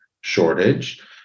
shortage